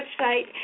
website